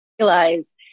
realize